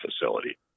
facility